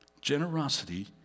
Generosity